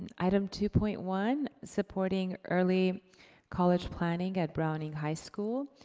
item two point one, supporting early college planning at browning high school.